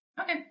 Okay